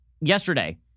yesterday